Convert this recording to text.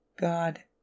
God